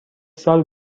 سال